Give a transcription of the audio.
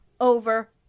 over